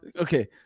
Okay